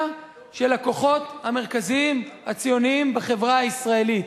של הכוחות המרכזיים הציוניים בחברה הישראלית.